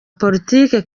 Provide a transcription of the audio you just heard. politiki